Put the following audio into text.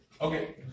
Okay